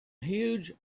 huge